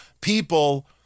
people